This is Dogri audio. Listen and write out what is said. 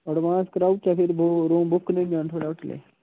एडवांस कराई ओड़चै जां थुहाड़े होटलै च